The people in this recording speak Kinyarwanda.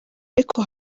ariko